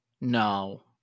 No